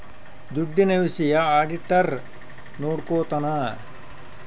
ದುಡ್ಡಿನ ವಿಷಯ ಆಡಿಟರ್ ನೋಡ್ಕೊತನ